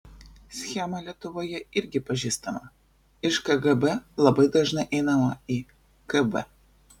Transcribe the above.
schema lietuvoje irgi pažįstama iš kgb labai dažnai einama į kb